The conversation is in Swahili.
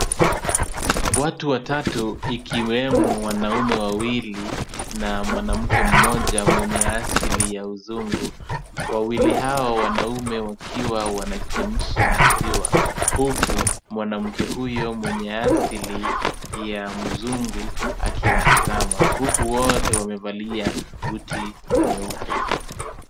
Watu watatu ikiwemo wanaume wawili na mwanamke mmoja mwenye asili ya uzungu. Wawili hawa wanaume wakiwa wanachemsha maziwa, huku mwanamke huyo mwenye asili ya mzungu akiwatazama, huku wote wamevalia buti nyeupe.